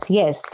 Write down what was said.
yes